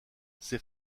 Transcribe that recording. ces